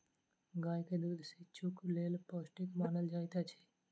गाय के दूध शिशुक लेल पौष्टिक मानल जाइत अछि